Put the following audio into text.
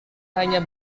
hanya